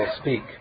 speak